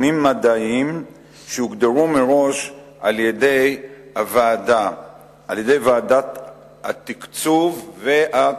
בתחומים מדעיים שהוגדרו מראש על-ידי ועדת התקצוב וה,